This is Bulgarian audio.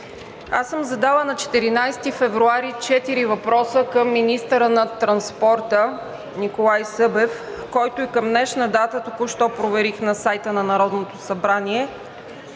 Аз съм задала на 14 февруари 4 въпроса към министъра на транспорта Николай Събев, който и към днешна дата, току-що проверих на сайта на Народното събрание,